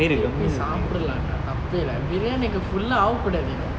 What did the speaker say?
போய் போய் சாப்டலாம்டா தப்பே இல்ல:poi poi sapdelamda thappe illa biryani full ah ஆக கூடாது:aaga koodathu you know